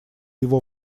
его